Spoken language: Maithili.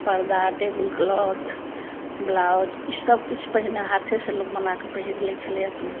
पर्दा टेबुल क्लॉथ ब्लाउज इसब किछु पहिने हाथे से लोग बनाके पहिर लै छलय अपने